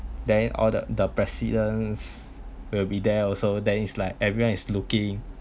then all the the presidents will be there also then it's like everyone is looking